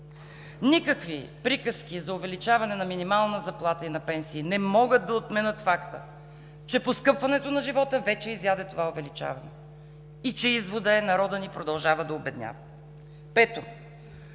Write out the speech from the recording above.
Никакви приказки за увеличаване на минимална заплата и на пенсии не могат да отменят факта, че поскъпването на живота вече изяде това увеличаване и че изводът е: народът ни продължава да обеднява.